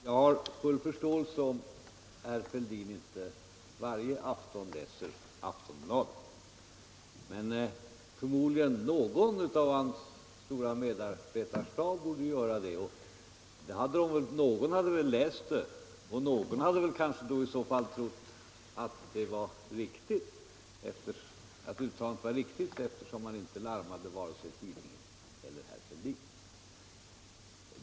Fru talman! Jag har full förståelse för att herr Fälldin inte varje afton läser Aftonbladet. Men någon bland hans stora medarbetarstab torde förmodligen göra det. Någon hade väl läst artikeln, och någon hade kanske i så fall trott att uttalandet var riktigt, eftersom han inte larmade vare sig tidningen eller herr Fälldin.